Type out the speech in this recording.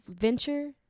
venture